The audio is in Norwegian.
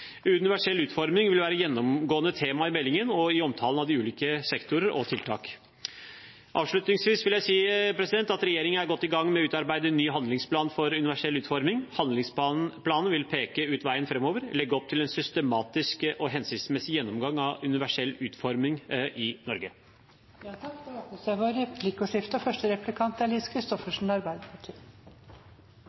Universell utforming vil være et gjennomgående tema i meldingen og i omtalen av de ulike sektorer og tiltak. Avslutningsvis vil jeg si at regjeringen er godt i gang med å utarbeide en ny handlingsplan for universell utforming. Handlingsplanen vil peke ut veien framover og legge opp til en systematisk og hensiktsmessig gjennomgang av universell utforming i Norge. Det blir replikkordskifte. Statsråden hadde mange gode poenger i sitt innlegg, men det